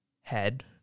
head